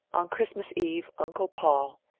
on christmas eve uncle paul,